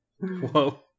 Whoa